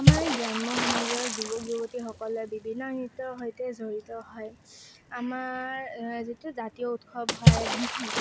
আমাৰ এই গ্ৰাম্য সমাজৰ যুৱক যুৱতীসকলে বিভিন্ন নৃত্যৰ সৈতে জড়িত হয় আমাৰ যিটো জাতীয় উৎসৱ হয় বিহু